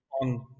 on